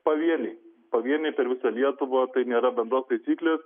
pavieniai pavieniai per visą lietuvą tai nėra bendros taisyklės